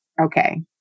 okay